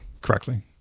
correctly